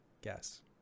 guess